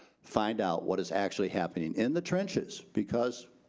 find out what is actually happening in the trenches because,